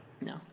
No